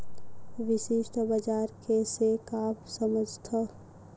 विशिष्ट बजार से का समझथव?